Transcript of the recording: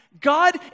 God